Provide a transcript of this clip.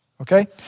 Okay